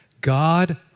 God